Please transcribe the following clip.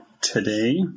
Today